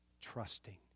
trusting